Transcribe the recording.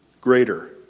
greater